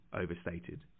overstated